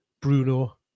bruno